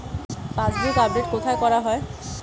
Passbook update কোথায় করা হয়?